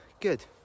good